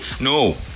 No